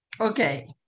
Okay